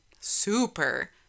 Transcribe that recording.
Super